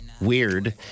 weird